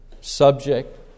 subject